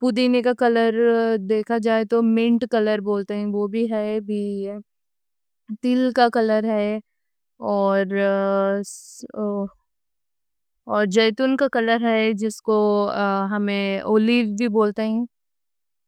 پودینے کا کلر دیکھا جائے تو منٹ کلر بولتے ہیں۔ وہ بھی ہے، ٹیل کلر ہے۔ اور زیتون کا کلر ہے، جس کو ہمیں اولیو بھی بولتے ہیں۔